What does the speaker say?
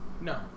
No